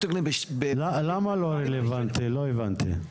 למה לא רלוונטי, לא הבנתי.